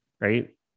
Right